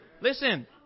Listen